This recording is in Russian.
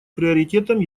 приоритетом